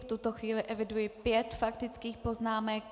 V tuto chvíli eviduji pět faktických poznámek.